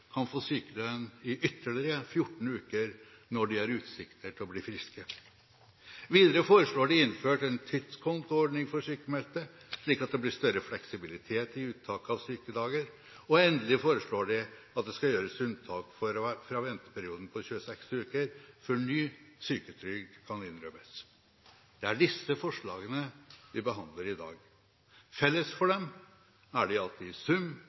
kan få sykelønn i ytterligere 14 uker når de har utsikter til å bli friske. Videre foreslår de innført en tidskontoordning for sykmeldte, slik at det blir større fleksibilitet i uttaket av sykedager, og endelig foreslår de at det skal gjøres unntak fra venteperioden på 26 uker før ny syketrygd kan innrømmes. Det er disse forslagene vi behandler i dag. Felles for dem er at de i sum